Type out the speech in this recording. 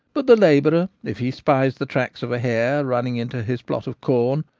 but the labourer, if he spies the tracks of a hare running into his plot of corn,